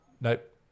Nope